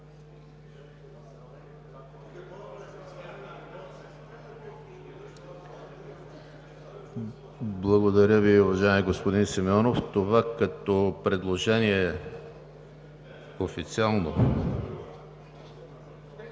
Благодаря Ви, уважаеми господин Симеонов. Това като предложение е официално?